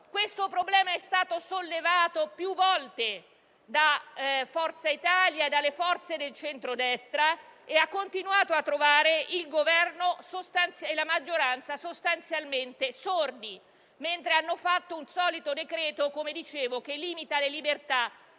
Questo problema è stato sollevato più volte da Forza Italia e dalle forze del centrodestra, ma ha continuato a trovare il Governo e la maggioranza sostanzialmente sordi; hanno fatto invece il solito decreto, come dicevo, che limita le libertà